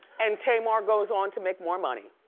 and tamar goes on to make more money.